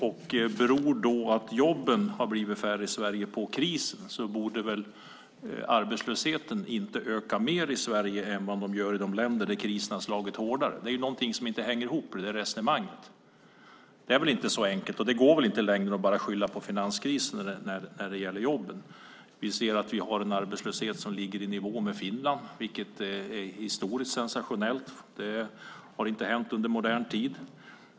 Beror det faktum att jobben har blivit färre i Sverige på krisen borde väl arbetslösheten inte öka mer i Sverige än i de länder där krisen har slagit hårdare. Det är någonting som inte hänger ihop i resonemanget. Det är inte så enkelt, och det går inte längre att bara skylla på finanskrisen när det gäller jobben. Vi har en arbetslöshet som ligger i nivå med Finlands, vilket är historiskt sensationellt. Det har inte hänt i modern tid.